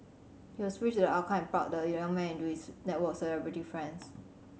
he was pleased with the outcome and plugged the young man into his network of celebrity friends